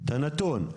את הנתון.